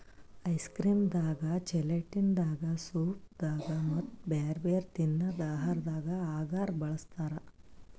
ice cream ದಾಗಾ gelatin ದಾಗಾ soup ದಾಗಾ ಮತ್ತ್ ಬ್ಯಾರೆ ಬ್ಯಾರೆ ತಿನ್ನದ್ ಆಹಾರದಾಗ ಅಗರ್ ಬಳಸ್ತಾರಾ